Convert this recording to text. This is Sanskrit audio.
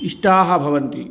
इष्टाः भवन्ति